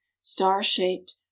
star-shaped